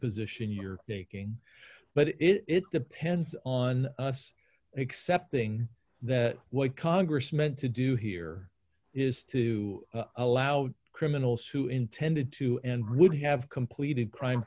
position you're taking but it depends on us accepting that what congress meant to do here is to allow criminals who intended to and would have completed crime